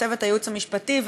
צוות הייעוץ המשפטי,